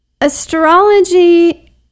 astrology